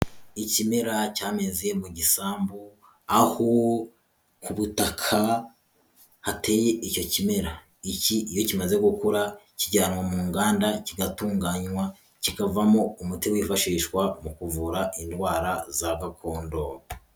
Ikimera cyameze mu gisambu, aho ku butaka hateye icyo kimera, iki iyo kimaze gukura kijyanwa mu nganda kigatunganywa kikavamo umuti wifashishwa mu kuvura indwara za gakondo.